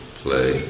play